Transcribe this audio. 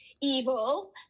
evil